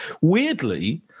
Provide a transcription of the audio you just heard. weirdly